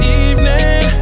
evening